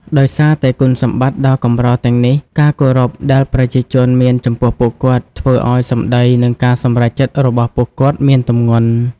ដោយសារតែគុណសម្បត្តិដ៏កម្រទាំងនេះ ការគោរពដែលប្រជាជនមានចំពោះពួកគាត់ ធ្វើឲ្យសម្ដី និងការសម្រេចចិត្តរបស់ពួកគាត់មានទម្ងន់។